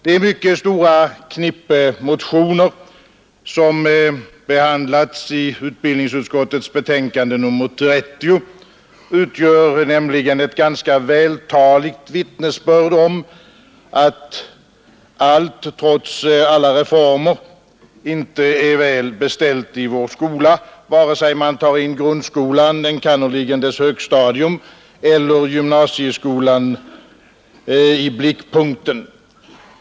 Det mycket stora knippe motioner som behandlats i utbildningsutskottets betänkande nr 30 utgör nämligen ett ganska vältaligt vittnesbörd om att allt trots alla reformer inte är så väl beställt i vår skola, vare sig man tar in grundskolan, enkannerligen dess högstadium, eller gymnasieskolan i blickpunkten.